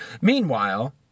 Meanwhile